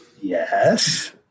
yes